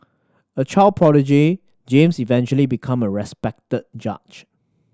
a child prodigy James eventually become a respected judge